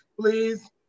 please